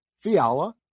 Fiala